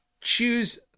choose